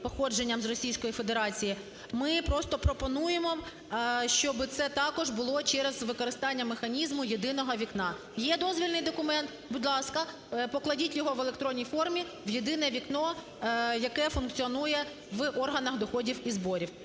походженням з Російської Федерації, ми просто пропонуємо, щоби це також було через використання механізму "єдиного вікна": є дозвільний документ – будь ласка, покладіть його в електронній формі в єдине вікно, яке функціонує в органах доходів і зборів.